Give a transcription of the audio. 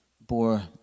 bore